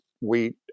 wheat